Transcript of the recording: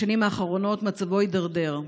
בשנים האחרונות מצבו הידרדר.